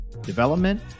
development